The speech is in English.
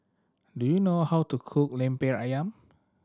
do you know how to cook Lemper Ayam